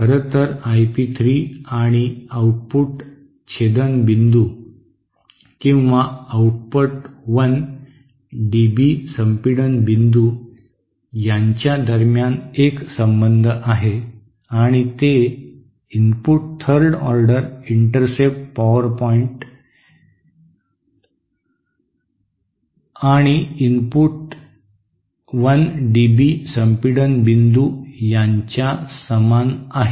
खरं तर I P 3 आणि आउटपुट छेदन बिंदू आणि आउटपुट 1 डीबी संपीडन बिंदू यांच्या दरम्यान एक संबंध आहे आणि ते input third order intercept point आणि इनपुट 1 डीबी संपीडन बिंदू यांच्या समान आहे